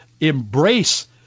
embrace